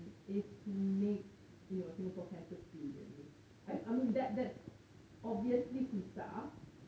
is to make you know singapore cancer free really I mean that that's obviously susah